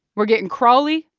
we're getting crawly,